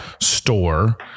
store